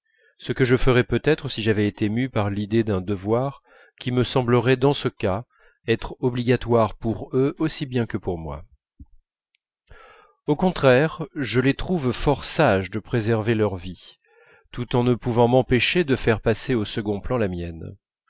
ce que je ferais peut-être si j'avais été mû par l'idée d'un devoir qui me semblerait dans ce cas être obligatoire pour eux aussi bien que pour moi au contraire je les trouve fort sages de préserver leur vie tout en ne pouvant m'empêcher de faire passer au second plan la mienne